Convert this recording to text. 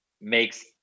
makes